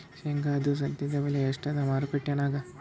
ಶೇಂಗಾದು ಸದ್ಯದಬೆಲೆ ಎಷ್ಟಾದಾ ಮಾರಕೆಟನ್ಯಾಗ?